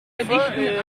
verdichten